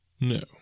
No